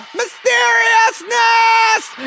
mysteriousness